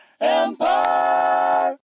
Empire